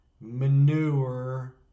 manure